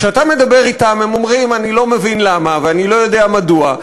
כשאתה מדבר אתם הם אומרים: אני לא מבין למה ואני לא יודע מדוע.